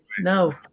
no